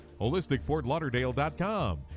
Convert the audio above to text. holisticfortlauderdale.com